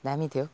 दामी थियो